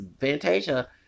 Fantasia